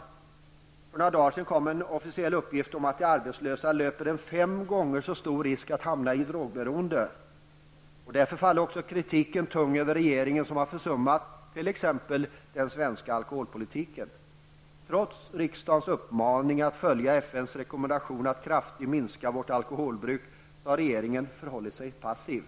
För några dagar sedan kom en officiell uppgift om att de arbetslösa löper fem gånger så stor risk som andra att hamna i drogberoende. Därför faller också kritiken tung över regeringen, som har försummat t.ex. den svenska alkoholpolitiken. Trots riksdagens uppmaning att följa FNs rekommendation att kraftigt minska vårt alkoholbruk, så har regeringen förhållit sig passiv.